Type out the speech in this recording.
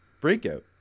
Breakout